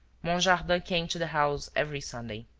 monjardin came to the house every sunday.